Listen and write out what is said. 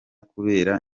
kubera